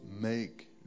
Make